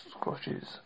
squashes